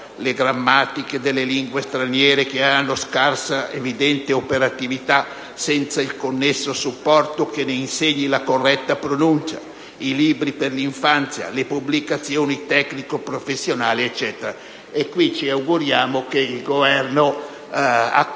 le grammatiche delle lingue straniere che hanno scarsa operatività senza il connesso supporto che insegni la corretta pronuncia), i libri per l'infanzia, le pubblicazioni tecnico-professionali, eccetera. Al riguardo, ci auguriamo che il Governo accolga